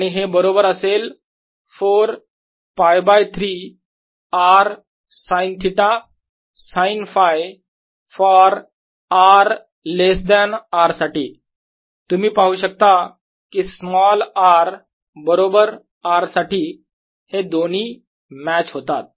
आणि हे बरोबर असेल 4 π by 3 r sine theta sine Φ for r less than R साठी तुम्ही पाहू शकता कि स्मॉल r बरोबर R साठी हे दोन्ही मॅच होतात